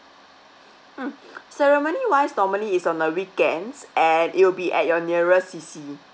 mm ceremony wise normally is on a weekends and it will be at your nearest C C